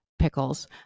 pickles